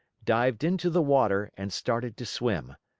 dived into the water and started to swim.